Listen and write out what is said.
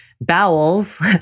bowels